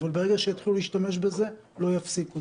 אבל ברגע שיתחילו להשתמש בזה לא יפסיקו.